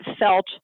felt